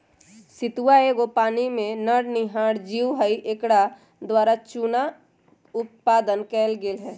सितुआ एगो पानी में रहनिहार जीव हइ एकरा द्वारा चुन्ना उत्पादन कएल गेल